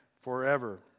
forever